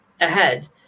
ahead